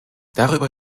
darüber